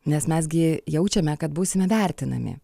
nes mes gi jaučiame kad būsime vertinami